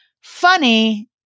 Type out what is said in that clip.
funny